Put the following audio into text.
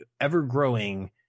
ever-growing